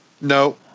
No